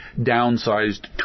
downsized